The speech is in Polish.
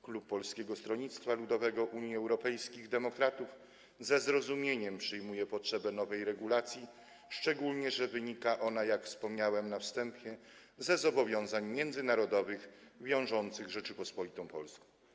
Klub Polskiego Stronnictwa Ludowego - Unii Europejskich Demokratów ze zrozumieniem przyjmuje potrzebę nowej regulacji, szczególnie że wynika ona, jak wspomniałem na wstępie, ze zobowiązań międzynarodowych wiążących Rzeczpospolitą Polską.